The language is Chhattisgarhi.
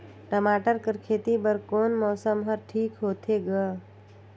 टमाटर कर खेती बर कोन मौसम हर ठीक होथे ग?